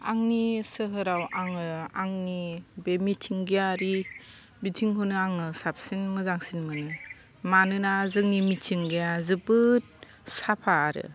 आंनि सोहोराव आङो आंनि बे मिथिंगायारि बिथिंखौनो आङो साबसिन मोजांसिन मोनो मानोना जोंनि मिथिंगाया जोबोद साफा आरो